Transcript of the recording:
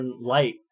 light